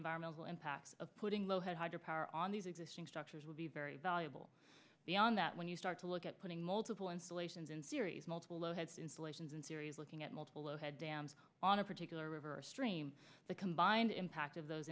environmental impacts of putting low hydro power on these existing structures will be very valuable beyond that when you start to look at putting multiple installations in series multiple loads installations in series looking at multiple had dams on a particular river stream the combined impact of those